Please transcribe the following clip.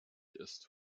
ist